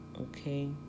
okay